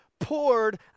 poured